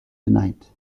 tonight